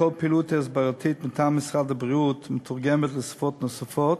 כל פעילות הסברתית מטעם משרד הבריאות מתורגמת לשפות נוספות,